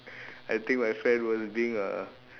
I think my friend was being a